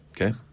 okay